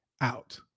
out